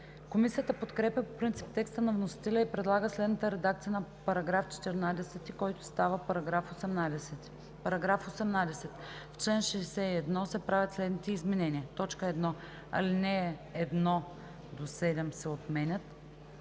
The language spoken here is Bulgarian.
Комисията подкрепя по принцип текста на вносителя и предлага следната редакция на § 14, който става § 18: „§ 18. В чл. 61 се правят следните изменения: 1. Алинеи 1 – 7 се отменят.